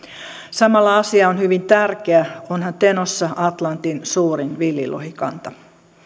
samalla asia on hyvin tärkeä onhan tenossa atlantin suurin villilohikanta